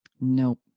Nope